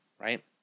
right